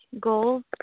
goals